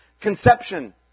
conception